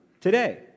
today